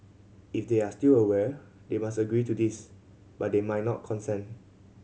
if they are still aware they must agree to this but they might not consent